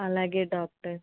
అలాగే డాక్టర్